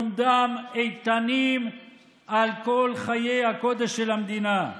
בעומדם איתנים על כל חיי הקודש של המדינה.